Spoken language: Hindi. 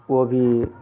वह भी